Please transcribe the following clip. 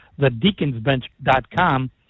thedeaconsbench.com